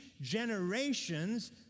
generations